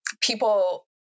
people